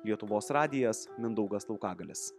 lietuvos radijas mindaugas laukagalis